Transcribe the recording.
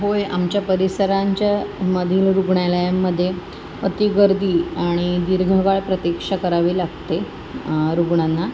होय आमच्या परिसरांच्या मलीन रुग्णालयांमध्ये अति गर्दी आणि दीर्घ काळ प्रतीक्षा करावी लागते रुग्णांना